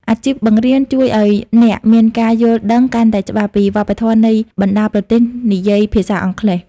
អាជីពបង្រៀនជួយឱ្យអ្នកមានការយល់ដឹងកាន់តែច្បាស់ពីវប្បធម៌នៃបណ្តាប្រទេសនិយាយភាសាអង់គ្លេស។